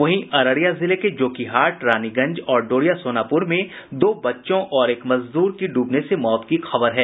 वहीं अररिया जिले के जोकीहाट रानीगंज और डोरिया सोनापुर में दो बच्चों और एक मजदूर की डूबने से मौत की खबर है